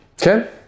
Okay